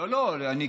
לדחות את ההצבעה.